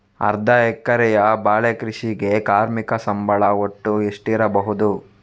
ಅರ್ಧ ಎಕರೆಯ ಬಾಳೆ ಕೃಷಿಗೆ ಕಾರ್ಮಿಕ ಸಂಬಳ ಒಟ್ಟು ಎಷ್ಟಿರಬಹುದು?